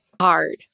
hard